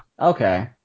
Okay